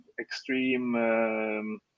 extreme